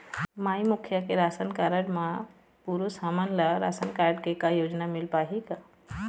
माई मुखिया के ration card म पुरुष हमन ला रासनकारड से का योजना मिल पाही का?